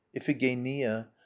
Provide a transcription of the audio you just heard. Iphigenia